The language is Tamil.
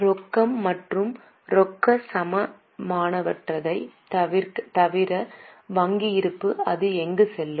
ரொக்கம் மற்றும் ரொக்க சமமானவற்றைத் தவிர வங்கி இருப்பு அது எங்கு செல்லும்